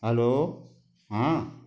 hello हाँ